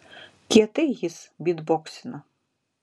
kietai jis bytboksina